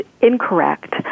incorrect